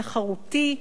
תחרותי,